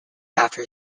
after